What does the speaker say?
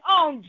on